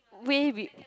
way we